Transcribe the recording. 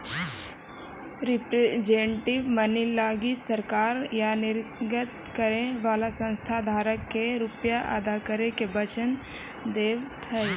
representative money लगी सरकार या निर्गत करे वाला संस्था धारक के रुपए अदा करे के वचन देवऽ हई